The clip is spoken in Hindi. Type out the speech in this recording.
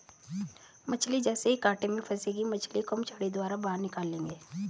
मछली जैसे ही कांटे में फंसेगी मछली को हम छड़ी द्वारा बाहर निकाल लेंगे